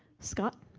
scott?